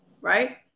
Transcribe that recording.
right